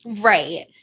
right